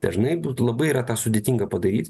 dažnai būtų labai yra tą sudėtinga padaryt